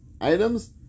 items